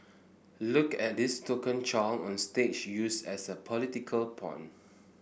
look at this token child on stage used as a political pawn